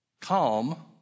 calm